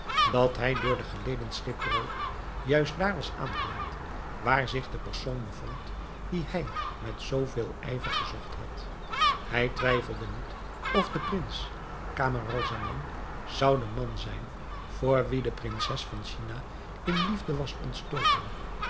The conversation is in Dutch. dat hij door de geleden schipbreuk juist daar was aangeland waar zich de persoon bevond die hij met zoo veel ijver gezocht had hij twijfelde niet of de prins camaralzaman zou de man zijn voor wien de prinses van china in liefde was ontstoken